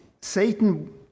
Satan